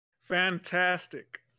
Fantastic